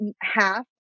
half